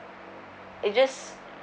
it just